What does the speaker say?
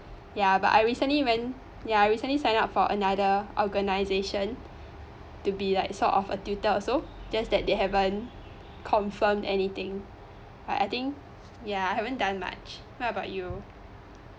ya but I recently went ya I recently signed up for another organization to be like sort of a tutor also just that they haven't confirm anything but I think ya I haven't done much what about you